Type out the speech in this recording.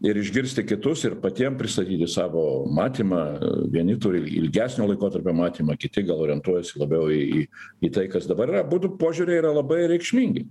ir išgirsti kitus ir patiem pristatyti savo matymą vieni turi ilgesnio laikotarpio matymą kiti gal orientuojasi labiau į į tai kas dabar yra abudu požiūriai yra labai reikšmingi